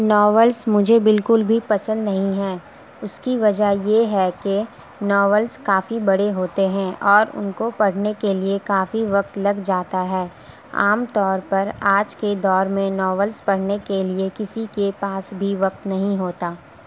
novels مجھے بالکل بھی پسند نہیں ہیں اس کی وجہ یہ ہے کہ ناولس کافی بڑے ہوتے ہیں اور ان کو پڑھنے کے لیے کافی وقت لگ جاتا ہے عام طور پر آج کے دور میں ناولس پڑھنے کے لیے کسی کے پاس بھی وقت نہیں ہوتا